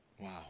Wow